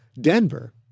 Denver